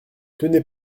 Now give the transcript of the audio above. tenez